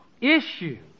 issue